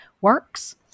works